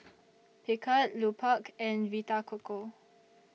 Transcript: Picard Lupark and Vita Coco